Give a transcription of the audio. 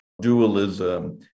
dualism